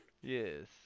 Yes